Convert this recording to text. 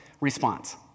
response